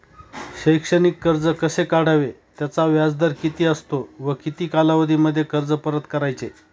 शैक्षणिक कर्ज कसे काढावे? त्याचा व्याजदर किती असतो व किती कालावधीमध्ये कर्ज परत करायचे?